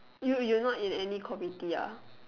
you you not in any committee ah